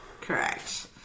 Correct